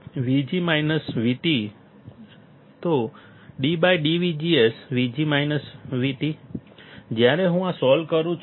તેથી 2K ddVGS જ્યારે હું આ સોલ્વ કરું છું